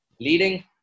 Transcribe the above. leading